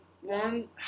one